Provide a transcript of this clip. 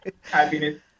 Happiness